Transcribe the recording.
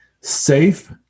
safe